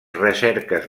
recerques